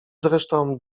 zresztą